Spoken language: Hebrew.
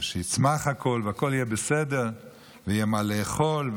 ויצמח הכול, והכול יהיה בסדר ויהיה מה לאכול.